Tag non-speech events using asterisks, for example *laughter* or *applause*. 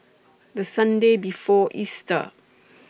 The Sunday before Easter *noise*